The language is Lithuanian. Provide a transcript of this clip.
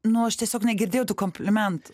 nu aš tiesiog negirdėjau tų komplimentų